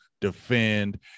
defend